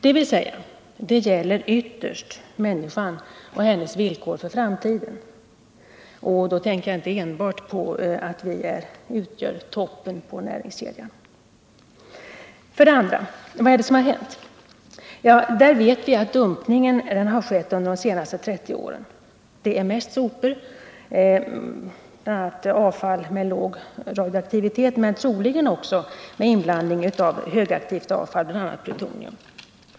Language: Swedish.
Frågan gäller alltså ytterst människan och hennes villkor för framtiden — då tänker jag inte enbart på att vi utgör sista ledet i näringskedjan. För det andra: Vad är det som har hänt? Ja, jag vet att dumpningen har skett under de senaste 30 åren. Det rör sig mest om sopor och avfall med låg radioaktivitet men troligen också med inblandning av högaktivt avfall, bl.a. plutonium.